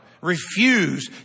refuse